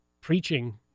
preaching